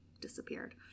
disappeared